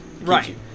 Right